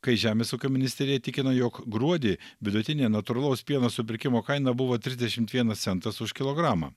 kai žemės ūkio ministerija tikina jog gruodį vidutinė natūralaus pieno supirkimo kaina buvo trisdešimt vienas centas už kilogramą